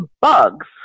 bugs